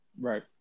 Right